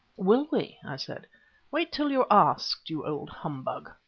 will we! i said wait till you are asked, you old humbug.